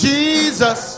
Jesus